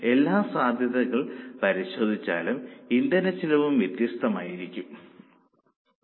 എല്ലാ സാധ്യതകൾ പരിശോധിച്ചാലും ഇന്ധനച്ചെലവും വ്യത്യസ്തമായിരിക്കും ആയിരിക്കും